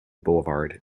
boulevard